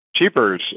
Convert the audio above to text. Cheapers